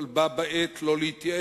אבל בה בעת לא להתייאש